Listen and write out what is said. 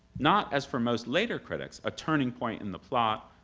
not, as for most later critics, a turning point in the plot,